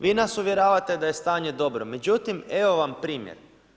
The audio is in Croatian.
Vi nas uvjeravate da je stanje dobro međutim, evo vam primjer.